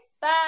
Bye